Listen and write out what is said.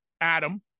Adam